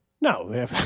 No